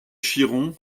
chiron